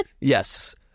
Yes